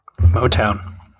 Motown